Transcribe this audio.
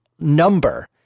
number